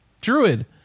druid